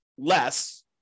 less